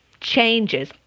changes